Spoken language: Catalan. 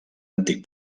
antic